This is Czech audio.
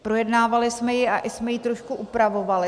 Projednávali jsme ji a i jsme trošku upravovali.